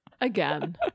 Again